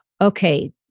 Okay